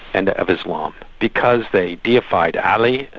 and of islam, because they beatified ali,